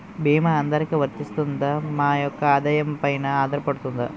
భీమా అందరికీ వరిస్తుందా? మా యెక్క ఆదాయం పెన ఆధారపడుతుందా?